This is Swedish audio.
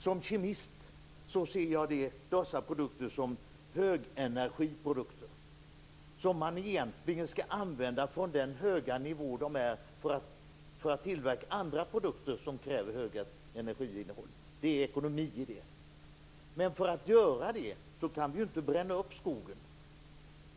Som kemist ser jag dessa produkter som högenergiprodukter, som man egentligen skall använda på den höga nivå som de är till för, för att tillverka andra produkter som kräver högre energiinnehåll. Det är ekonomi i det. Men för att göra det kan vi ju inte bränna upp skogen.